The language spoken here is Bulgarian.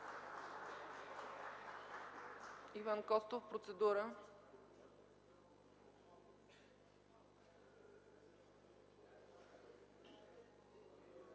Иван Костов – процедура.